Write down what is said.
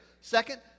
Second